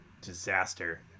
Disaster